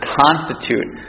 constitute